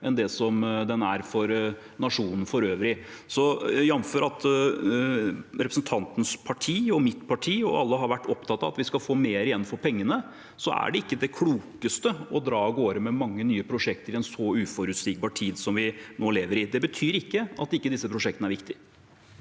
enn den er for nasjonen for øvrig. Jamført med at representantens parti, mitt parti og alle har vært opptatt av at vi skal få mer igjen for pengene, er det derfor ikke det klokeste å dra i gang mange nye prosjekter i en så uforutsigbar tid som vi nå lever i. Det betyr likevel ikke at disse prosjektene ikke er viktige.